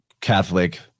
Catholic